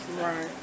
Right